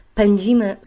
pędzimy